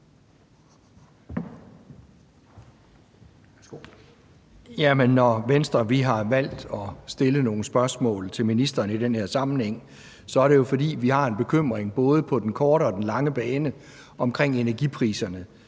i Venstre har valgt at stille nogle spørgsmål til ministeren i den her sammenhæng, er det jo, fordi vi har en bekymring, både på den korte og den lange bane, omkring energipriserne.